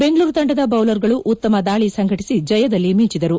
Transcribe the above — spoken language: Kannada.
ಬೆಂಗಳೂರು ತಂಡದ ಬೌಲರ್ ಗಳು ಉತ್ತಮ ದಾಳಿ ಸಂಘಟಿಸಿ ಜಯದಲ್ಲಿ ಮಿಂಚಿದರು